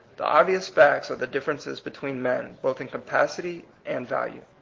the obvious facts are the differences between men, both in capacity and value.